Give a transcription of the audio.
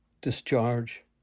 discharge